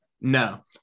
No